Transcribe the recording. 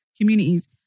communities